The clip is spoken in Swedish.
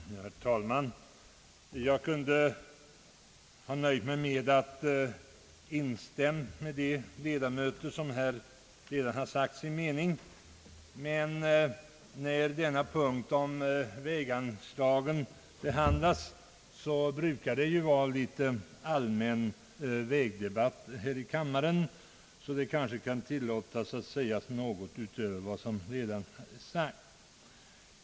Herr talman! Jag kunde ha nöjt mig med att instämma med de ledamöter som här redan sagt sin mening. När denna punkt om väganslagen behandlas brukar det dock förekomma en liten allmän vägdebatt här i kammaren, och därför kan det kanske tillåtas mig att säga något utöver vad som redan anförts.